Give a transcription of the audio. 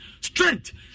strength